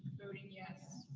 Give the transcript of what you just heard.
voting yes.